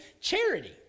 charity